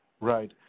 Right